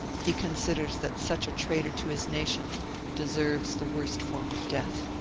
he considers that such a traitor to his nation deserves the worst form of death.